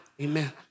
amen